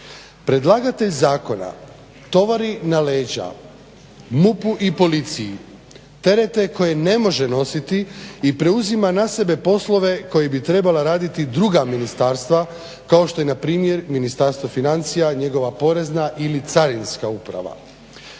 Predlagatelj zakona tovari na leđa MUP-u i policiji terete koje ne može nositi i preuzima na sebe poslove koji bi trebala raditi druga ministarstva kao što je npr. Ministarstvo financija, njegova Porezna ili Carinska uprava,